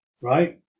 right